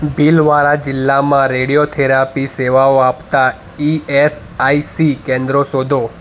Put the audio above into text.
ભીલવારા જિલ્લામાં રેડિયોથેરપી સેવાઓ આપતા ઇ એસ આઇ સી કેન્દ્રો શોધો